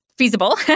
feasible